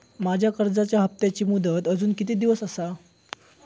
माझ्या कर्जाचा हप्ताची मुदत अजून किती दिवस असा?